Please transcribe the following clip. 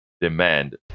demand